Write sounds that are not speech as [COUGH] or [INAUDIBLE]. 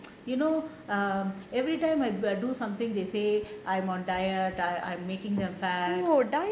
[NOISE] you know err every time I when I do something they say I'm on diet I'm making them fat